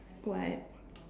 what